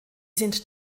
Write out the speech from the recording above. sind